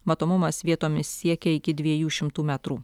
matomumas vietomis siekia iki dviejų šimtų metrų